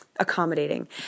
accommodating